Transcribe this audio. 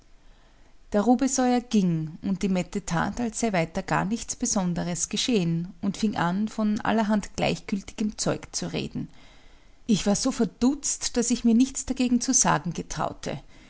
der rubesoier ging und die mette tat als sei weiter gar nichts besonderes geschehen und fing an von allerhand gleichgültigem zeug zu reden ich war so verdutzt daß ich mir nichts dagegen zu sagen getraute